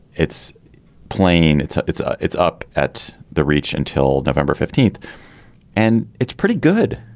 it's plain it's it's ah it's up at the reach until november fifteenth and it's pretty good.